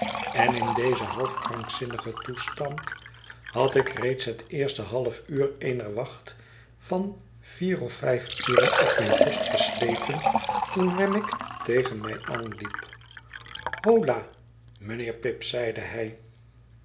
en in dezen half krankzinnigen toestand had ik reeds het eerste half uur eener wacht van vier of vijf uren op mijn post gesleten toen wemmick tegen mij aanliep holla mijnheer pip zeide hij